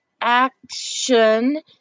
action